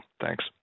Thanks